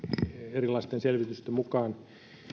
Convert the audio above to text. erilaisten selvitysten mukaan